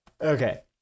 okay